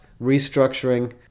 restructuring